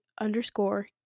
underscore